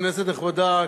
כנסת נכבדה,